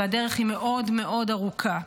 והדרך היא מאוד מאוד ארוכה.